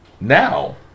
Now